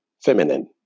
feminine